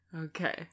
Okay